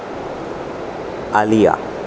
आलिया